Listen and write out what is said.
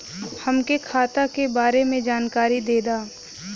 हमके खाता के बारे में जानकारी देदा?